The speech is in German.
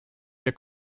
der